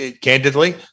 candidly